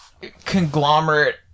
conglomerate